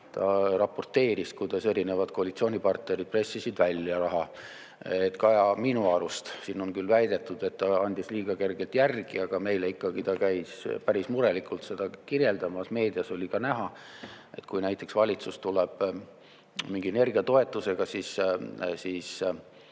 Ta raporteeris, kuidas erinevad koalitsioonipartnerid pressisid raha välja. Minu arust siin on küll väidetud, et Kaja andis liiga kergelt järgi, aga meile ta ikkagi käis päris murelikult seda kirjeldamas. Meedias oli ka näha, et kui valitsus tuli mingi energiatoetusega, siis